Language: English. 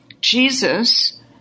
Jesus